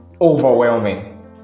overwhelming